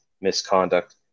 misconduct